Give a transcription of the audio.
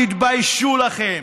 תתביישו לכם.